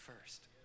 first